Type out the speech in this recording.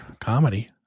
comedy